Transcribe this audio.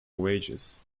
wages